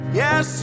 yes